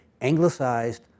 anglicized